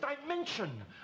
dimension